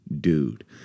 dude